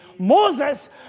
moses